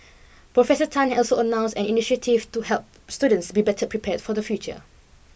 Professor Tan had also announced an initiative to help students be better prepared for the future